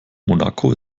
monaco